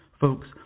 Folks